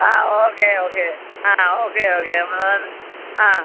ആ okay okay ആ okay okay നമ്മൾ ആ